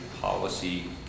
Policy